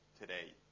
today